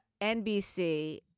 NBC